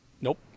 nope